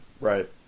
Right